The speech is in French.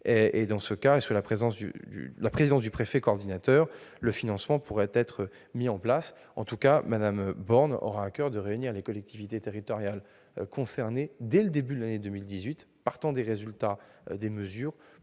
Dans ce cas, et sous la présidence du préfet coordinateur, un financement pourrait être mis en place. Mme Élisabeth Borne aura en tout cas à coeur de réunir les collectivités territoriales concernées dès le début de l'année 2018, partant du résultat des mesures